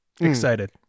Excited